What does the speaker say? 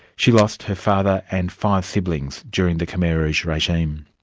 she lost her father and five siblings during the khmer rouge regime.